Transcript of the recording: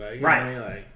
Right